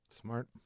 smart